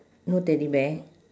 no teddy bear